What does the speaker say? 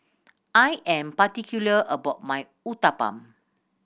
I am particular about my Uthapam